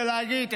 ולהגיד,